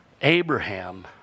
Abraham